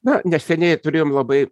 na neseniai turėjom labai